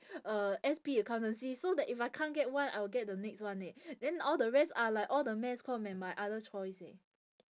uh S_P accountancy so that if I can't get one I will get the next one leh then all the rest are like all the mass comm and my other choice eh